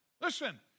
Listen